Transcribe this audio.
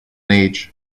age